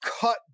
cut